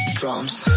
drums